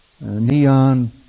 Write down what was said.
neon